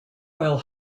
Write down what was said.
while